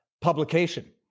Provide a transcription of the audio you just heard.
publication